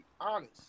honest